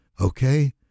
Okay